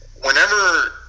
whenever